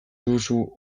duzu